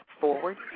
forward